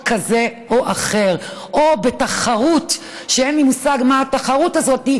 מה התחרות הזאת,